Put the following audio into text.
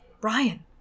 Brian